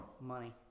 Money